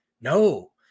No